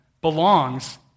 belongs